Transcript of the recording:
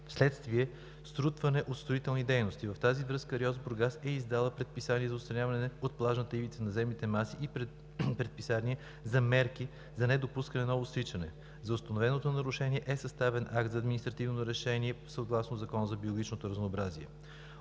вследствие срутване от строителни дейности. В тази връзка РИОСВ – Бургас, е издала предписание за отстраняване от плажната ивица на земните маси и предписание за мерки за недопускане на ново свличане. За установеното нарушение е състав акт за административно нарушение съгласно Закона за биологичното разнообразие.